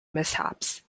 mishaps